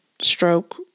stroke